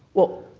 well,